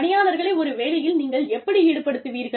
பணியாளர்களை ஒரு வேலையில் நீங்கள் எப்படி ஈடுபடுத்துவீர்கள்